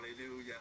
Hallelujah